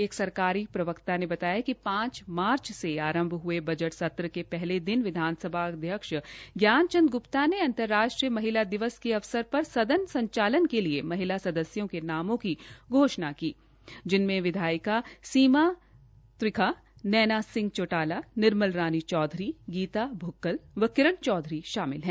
एक सरकारी प्रवक्ता ने बताया कि पांच मार्च से आरंभ हये बजट सत्र के पहले दिन विधानसभा अध्यक्ष ज्ञान चंद ग्प्ता ने अंतर्राष्ट्रीय महिला दिवस के अवसर पर सदन संचालन के लिए महिला सदस्यों के नामों की घोषणा की जिनमे विधायिका सीमा त्रिखा नैना सिंह चौटाला निर्मल रानी चौधरी गीता भुक्कल व किरण चौधरी शामिल है